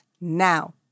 now